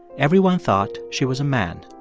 everyone thought she was a man.